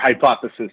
hypothesis